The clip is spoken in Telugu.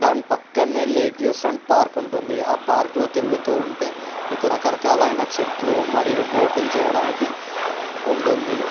దాని పక్కనే లేక్ వ్యూ ఫ్రంట్ పార్క్ ఉంటుంది ఆ పార్క్లో తిరుగుతూ ఉంటే మీకు రకరకాలైన చెట్లు మరియు బోటింగ్ చేయడానికి ఉంటుంది